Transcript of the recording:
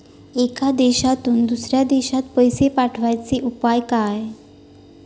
एका देशातून दुसऱ्या देशात पैसे पाठवचे उपाय काय?